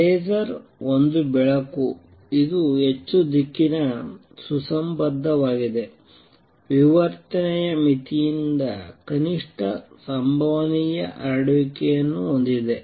laser ಒಂದು ಬೆಳಕು ಇದು ಹೆಚ್ಚು ದಿಕ್ಕಿನ ಸುಸಂಬದ್ಧವಾಗಿದೆ ವಿವರ್ತನೆಯ ಮಿತಿಯಿಂದ ಕನಿಷ್ಠ ಸಂಭವನೀಯ ಹರಡುವಿಕೆಯನ್ನು ಹೊಂದಿದೆ